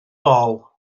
bol